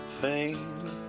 pain